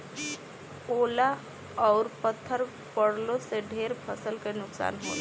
ओला अउर पत्थर पड़लो से ढेर फसल के नुकसान होला